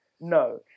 No